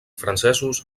francesos